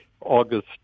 August